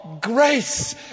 grace